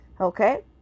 okay